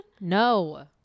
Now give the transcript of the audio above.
no